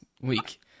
week